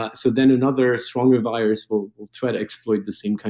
ah so then another stronger virus will will try to exploit the same kinds